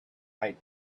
might